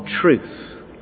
truth